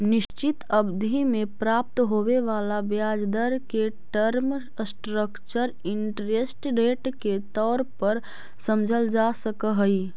निश्चित अवधि में प्राप्त होवे वाला ब्याज दर के टर्म स्ट्रक्चर इंटरेस्ट रेट के तौर पर समझल जा सकऽ हई